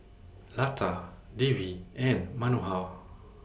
Lata Devi and Manohar